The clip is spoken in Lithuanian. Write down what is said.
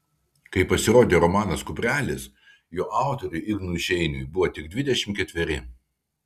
kai pasirodė romanas kuprelis jo autoriui ignui šeiniui buvo tik dvidešimt ketveri